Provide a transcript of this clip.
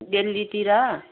डेल्हीतिर